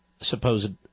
supposed